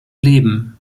leben